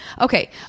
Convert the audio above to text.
Okay